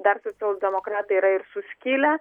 dar socialdemokratai yra ir suskilę